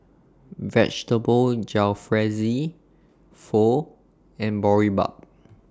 Vegetable Jalfrezi Pho and Boribap